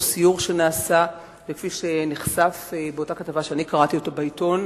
סיור שנעשה וכפי שנחשף באותה כתבה שקראתי בעיתון.